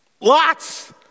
lots